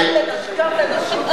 גם לנשים.